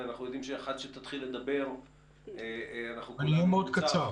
ואנחנו יודעים שעד שתתחיל לדבר --- אני אהיה מאוד קצר.